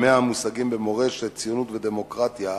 "100 מושגים במורשת ציונות ודמוקרטיה",